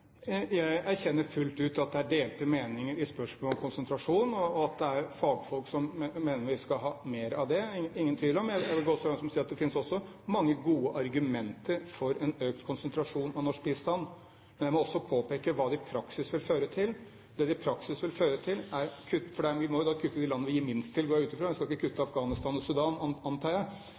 Jeg erkjenner fullt ut at det er delte meninger i spørsmålet om konsentrasjon, og at det er fagfolk som mener vi skal ha mer av det – det er det ingen tvil om. Jeg vil gå så langt som å si at det også finnes mange gode argumenter for en økt konsentrasjon av norsk bistand, men jeg må også påpeke hva det i praksis vil føre til. Det som det i praksis vil føre til, er kutt, for vi må jo da kutte i bistanden til de land vi gir minst til, går jeg ut fra. Vi skal ikke kutte i bistanden til Afghanistan og Sudan, antar jeg,